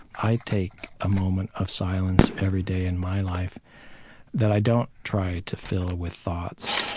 i take a moment of silence every day in my life that i don't try to fill with thoughts,